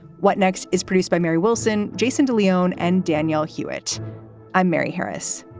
what next is produced by mary wilson, jason de leon and danielle hewitt i'm mary harris.